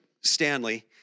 Stanley